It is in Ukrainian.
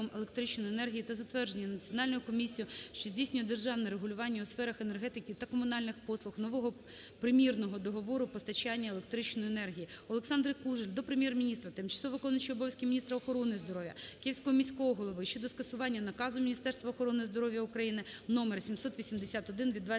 Олександри Кужель до Прем'єр-міністра, тимчасово виконуючої обов'язки міністра охорони здоров'я, Київського міського голови щодо скасування наказу Міністерства охорони здоров'я України № 781 від 25